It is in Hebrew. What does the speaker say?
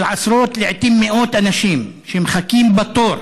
הן של עשרות ולעיתים מאות אנשים, שמחכים בתור